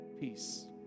peace